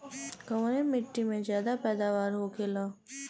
कवने मिट्टी में ज्यादा पैदावार होखेला?